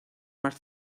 más